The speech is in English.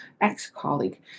ex-colleague